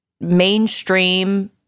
mainstream